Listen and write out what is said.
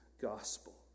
gospel